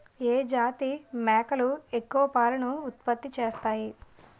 ఏ జాతి మేకలు ఎక్కువ పాలను ఉత్పత్తి చేస్తాయి?